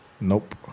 nope